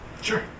Sure